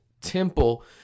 temple